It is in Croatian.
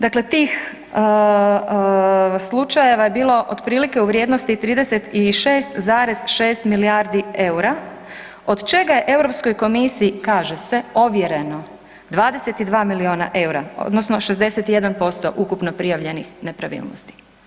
Dakle, tih slučajeva je bilo otprilike u vrijednosti 36,6 milijardi EUR-a od čega je Europskoj komisiji kaže se ovjereno 22 miliona EUR-a odnosno 61% ukupno prijavljenih nepravilnosti.